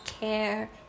care